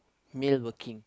male working